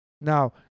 Now